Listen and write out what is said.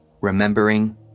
remembering